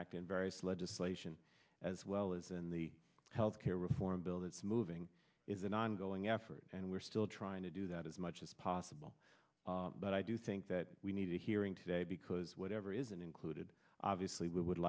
act in various legislation as well as in the health care reform bill that's moving is an ongoing effort and we're still trying to do that as much as possible but i do think that we need a hearing today because whatever isn't included obviously we would